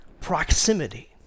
proximity